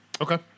Okay